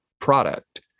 product